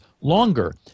longer